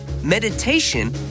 Meditation